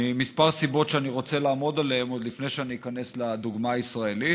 מכמה סיבות שאני רוצה לעמוד עליהן עוד לפני שאני איכנס לדוגמה הישראלית.